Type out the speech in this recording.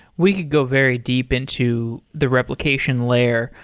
we could go very deep into the replication layer,